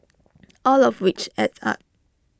all of which adds up